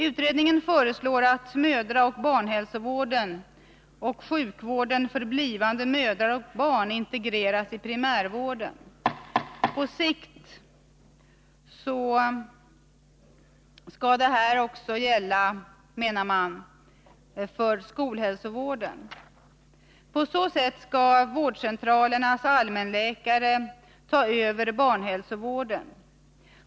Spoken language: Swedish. Utredningen föreslår att mödraoch barnhälsovården samt sjukvården för blivande mödrar och barn integreras i primärvården. På sikt bör detta enligt utredningen gälla också för skolhälsovården. På så sätt kommer vårdcentralernas allmänläkare att överta barnhälsovården.